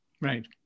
Right